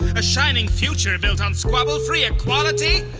a shining future built on squabble free equality?